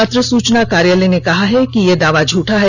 पत्र सूचना कार्यालय ने कहा है कि यह दावा झूठा है